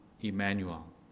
Emmanuel